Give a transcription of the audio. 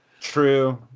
True